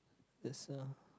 there's a